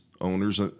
owners